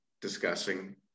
discussing